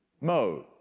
mode